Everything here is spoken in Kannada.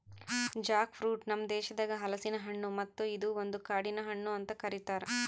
ಜಾಕ್ ಫ್ರೂಟ್ ನಮ್ ದೇಶದಾಗ್ ಹಲಸಿನ ಹಣ್ಣು ಮತ್ತ ಇದು ಒಂದು ಕಾಡಿನ ಹಣ್ಣು ಅಂತ್ ಕರಿತಾರ್